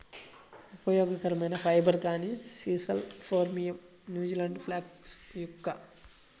ఉపయోగకరమైన ఫైబర్, కానీ sisal phormium, New Zealand flax yucca